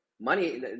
Money